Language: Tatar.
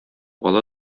ала